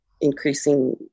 increasing